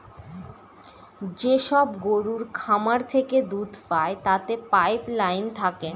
যেসব গরুর খামার থেকে দুধ পায় তাতে পাইপ লাইন থাকে